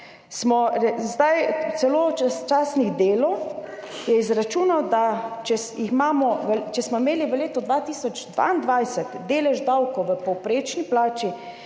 Delo je izračunal, da če smo imeli v letu 2022 delež davkov v povprečni plači